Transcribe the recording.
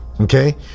okay